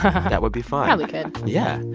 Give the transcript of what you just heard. um that would be fun probably could yeah.